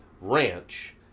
ranch